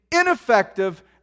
ineffective